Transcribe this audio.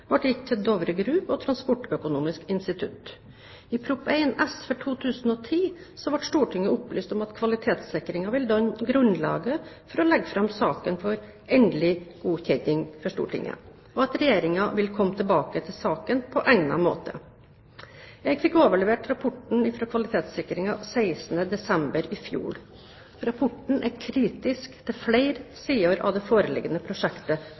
ble gitt til Dovre Group og Transportøkonomisk institutt. I Prop. 1 S for 2009–2010 ble Stortinget opplyst om at kvalitetssikringen ville danne grunnlaget for å legge saken fram for Stortinget for endelig godkjenning, og at Regjeringen ville komme tilbake til saken på egnet måte. Jeg fikk overlevert rapporten fra kvalitetssikringen 16. desember i fjor. Rapporten er kritisk til flere sider av det foreliggende prosjektet